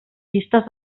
pistes